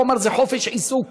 הוא אמר: זה חופש עיסוק.